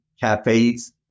cafes